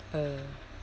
uh